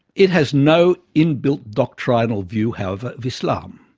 it has no inbuilt doctrinal view however of islam.